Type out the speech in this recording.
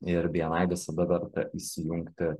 ir bni visada dar įsijungti